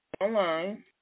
online